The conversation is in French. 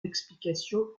d’explication